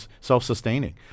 self-sustaining